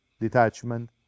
detachment